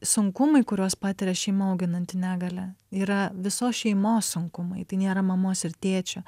sunkumai kuriuos patiria šeima auginanti negalią yra visos šeimos sunkumai tai nėra mamos ir tėčio